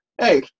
hey